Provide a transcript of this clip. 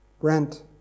Brent